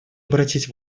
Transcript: обратить